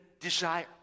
desire